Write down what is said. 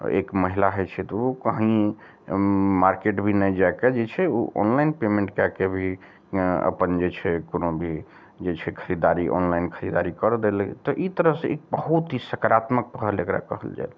एक महिला होइ छै तऽ ओ कहीँ मार्केट भी नहि जाए कए जे छै ओ ऑनलाइन पेमेन्ट कऽके भी अपन जे छै कोनो भी जे छै खरीदारी ऑनलाइन खरीदारी कऽ देलै तऽ ई तरह से एक बहुत ही सकारात्मक पहल एकरा कहल जएत